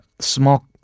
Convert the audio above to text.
small